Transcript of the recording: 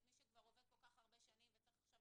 שמי שכבר עובד כל כך הרבה שנים וצריך עכשיו